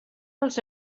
els